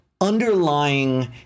underlying